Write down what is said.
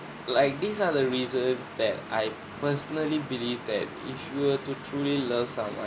like these are the reasons that I personally believe that if you were to truly love someone